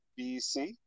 BC